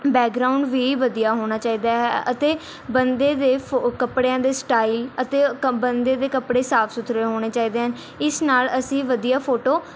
background ਵੀ ਵਧੀਆ ਹੋਣਾ ਚਾਹੀਦਾ ਹੈ ਅਤੇ ਬੰਦੇ ਦੇ ਫ ਕੱਪੜਿਆਂ ਦੇ ਸਟਾਈਲ ਅਤੇ ਕ ਬੰਦੇ ਦੇ ਕੱਪੜੇ ਸਾਫ ਸੁਥਰੇ ਹੋਣੇ ਚਾਹੀਦੇ ਹਨ ਇਸ ਨਾਲ਼ ਅਸੀਂ ਵਧੀਆ ਫੋਟੋ